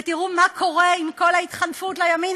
ותראו מה קורה עם כל ההתחנפות לימין